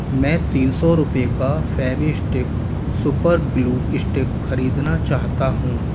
मैं तीन सौ रुपए का फ़ेविस्टिक सुपरग्लू स्टिक खरीदना चाहता हूँ